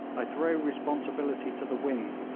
i throw responsibility to the wind,